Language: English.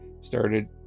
started